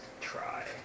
try